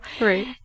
Right